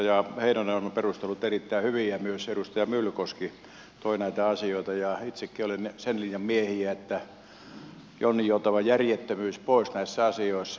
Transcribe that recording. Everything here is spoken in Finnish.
edustaja heinonen on perustellut erittäin hyvin ja myös edustaja myllykoski toi esiin näitä asioita ja itsekin olen sen linjan miehiä että jonninjoutava järjettömyys pois näissä asioissa